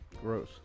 Gross